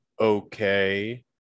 okay